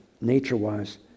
nature-wise